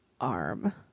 arm